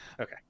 Okay